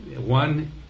One